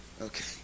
Okay